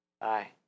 Bye